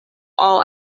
all